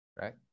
right